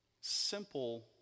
simple